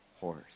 horse